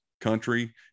country